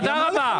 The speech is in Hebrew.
תודה רבה.